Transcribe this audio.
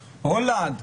הולנד,